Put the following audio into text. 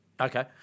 Okay